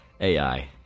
AI